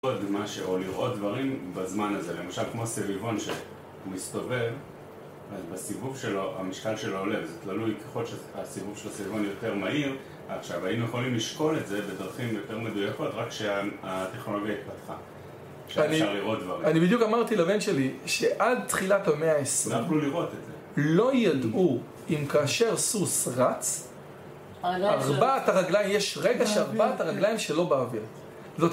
או לראות דברים בזמן הזה, למשל כמו סביבון שמסתובב בסיבוב שלו, המשקל שלו עולה וזה תלוי ככל שהסיבוב של הסביבון יותר מהיר עכשיו, היינו יכולים לשקול את זה בדרכים יותר מדויקות רק שהטכנולוגיה התפתחה שאפשר לראות דברים אני בדיוק אמרתי לבן שלי שעד תחילת המאה ה-20 לא ידעו אם כאשר סוס רץ ארבעת הרגליים, יש רגע שארבעת הרגליים שלא באוויר